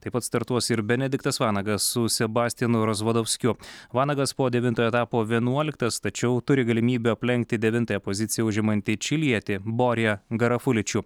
taip pat startuos ir benediktas vanagas su sebastianu rozvadovskiu vanagas po devintojo etapo vienuoliktas tačiau turi galimybę aplenkti devintąją poziciją užimantį čilietį boriją garafuličių